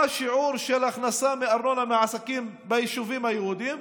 מה השיעור של הכנסה מארנונה מעסקים ביישובים היהודיים?